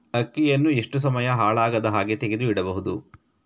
ಅಕ್ಕಿಯನ್ನು ಎಷ್ಟು ಸಮಯ ಹಾಳಾಗದಹಾಗೆ ತೆಗೆದು ಇಡಬಹುದು?